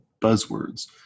buzzwords